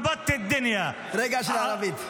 רגע של ערבית.